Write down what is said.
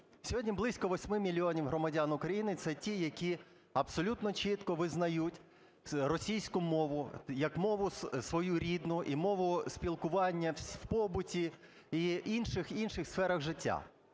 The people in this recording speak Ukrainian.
Сьогодні близько 8 мільйонів громадян України - це ті, які абсолютно чітко визнають російську мову як мову свою рідну і мову спілкування в побуті і інших сферах життя.